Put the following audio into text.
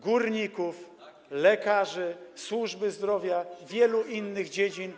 górników, lekarzy, służby zdrowia i wielu innych dziedzin.